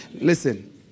Listen